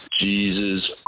Jesus